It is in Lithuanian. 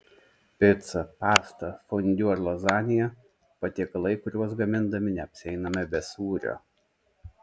pica pasta fondiu ar lazanija patiekalai kuriuos gamindami neapsieiname be sūrio